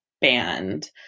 band